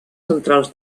centrals